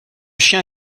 chien